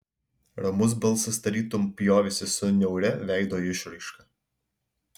ramus balsas tarytum pjovėsi su niauria veido išraiška